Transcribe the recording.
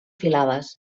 filades